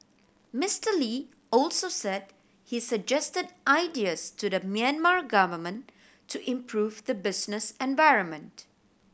Mister Lee also said he suggested ideas to the Myanmar government to improve the business environment